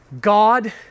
God